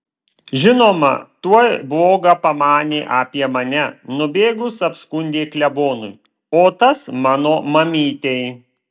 žinoma tuoj bloga pamanė apie mane nubėgus apskundė klebonui o tas mano mamytei